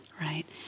right